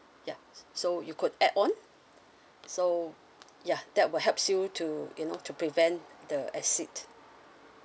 yup so you could add on so ya that will helps you to you know to prevent the exceed